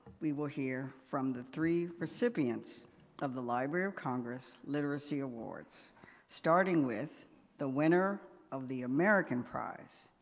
we will hear from the three recipients of the library of congress literacy awards starting with the winner of the american prize,